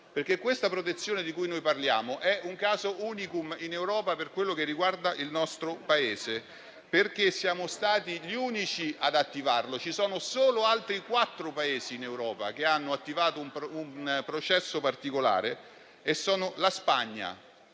delle inesattezze, perché è un caso *unicum* in Europa per quello che riguarda il nostro Paese e perché siamo stati gli unici ad attivarla. Ci sono solo altri quattro Paesi in Europa che hanno attivato un processo particolare, tra cui la Spagna,